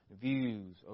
views